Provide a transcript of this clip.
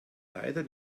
leider